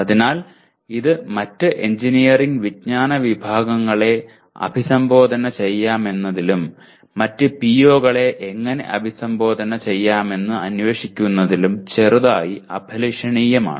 അതിനാൽ ഇത് മറ്റ് എഞ്ചിനീയറിംഗ് വിജ്ഞാന വിഭാഗങ്ങളെ അഭിസംബോധന ചെയ്യാമെന്നതിലും മറ്റ് PO കളെ എങ്ങനെ അഭിസംബോധന ചെയ്യാമെന്ന് അന്വേഷിക്കുന്നതിലും ചെറുതായി അഭിലഷണീയമാണ്